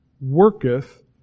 worketh